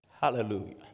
hallelujah